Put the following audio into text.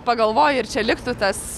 pagalvoji ir čia liktų tas